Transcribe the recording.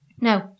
No